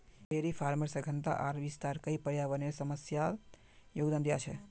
dairy फार्मेर सघनता आर विस्तार कई पर्यावरनेर समस्यात योगदान दिया छे